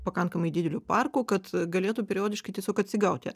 pakankamai dideliu parku kad galėtų periodiškai tiesiog atsigauti